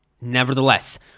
Nevertheless